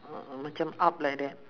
a'ah macam up like that